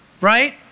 right